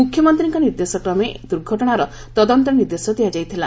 ମୁଖ୍ୟମନ୍ତ୍ରୀଙ୍କ ନିର୍ଦ୍ଦେଶକ୍ରମେ ଦୂର୍ଘଟଣାର ତଦନ୍ତ ନିର୍ଦ୍ଦେଶ ଦିଆଯାଇଥିଲା